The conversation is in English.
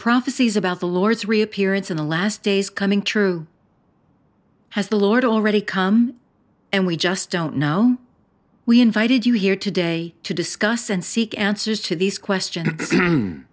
prophecies about the lord's reappearance in the last days coming true has the lord already come and we just don't know we invited you here today to discuss and seek answers to these questions